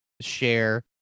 share